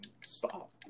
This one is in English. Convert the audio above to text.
stop